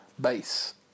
base